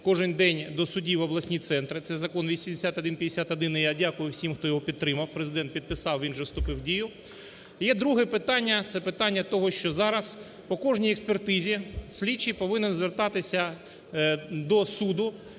кожен день до судів в обласні центри, це Закон 8151. І я дякую всім хто його підтримав. Президент підписав він вже вступив в дію. І є друге питання – це питання того, що зараз по кожній експертизі слідчий повинен звертатися до суду,